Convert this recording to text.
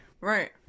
right